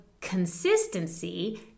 consistency